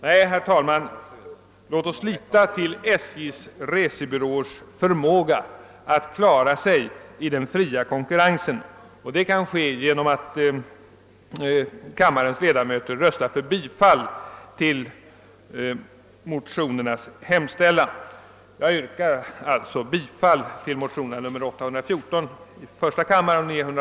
Nej, herr talman, låt oss lita till denna resebyrås förmåga att klara sig i den fria konkurrensen. Det kan ske genom att. kammarens ledamöter röstar för bifall till motionernas hemställan. Jag yr